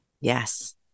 Yes